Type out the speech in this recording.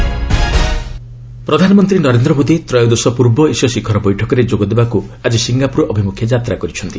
PM Singapore ପ୍ରଧାନମନ୍ତ୍ରୀ ନରେନ୍ଦ୍ର ମୋଦି ତ୍ରୟୋଦଶ ପୂର୍ବ ଏସୀୟ ଶିଖର ବୈଠକରେ ଯୋଗ ଦେବାକୁ ଆକି ସିଙ୍ଗାପୁର ଅଭିମୁଖେ ଯାତ୍ରା କରିଛନ୍ତି